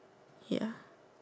ya